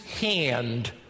hand